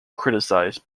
criticized